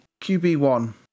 QB1